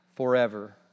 forever